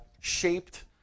shaped